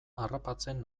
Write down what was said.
harrapatzen